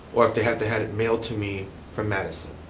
or if they have to had it mailed to me from madison.